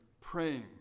praying